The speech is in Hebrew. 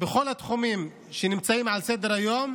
כל התחומים שנמצאים על סדר-היום,